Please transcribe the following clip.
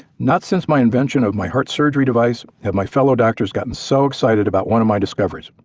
not since my invention of my heart surgery device have my fellow doctors gotten so excited about one of my discoveries.